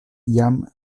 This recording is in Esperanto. jam